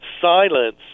silence